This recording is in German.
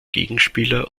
gegenspieler